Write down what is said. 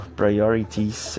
priorities